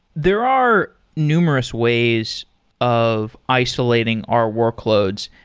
there are numerous ways of isolating our workloads.